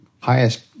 highest